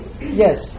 yes